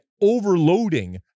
overloading